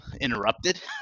interrupted